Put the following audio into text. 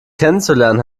kennenzulernen